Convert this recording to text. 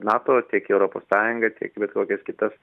nato tiek į europos sąjungą tiek į bet kokias kitas